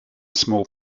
small